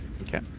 Okay